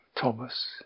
Thomas